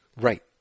Right